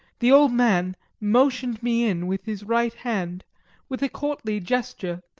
the old man motioned me in with his right hand with a courtly gesture,